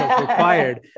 required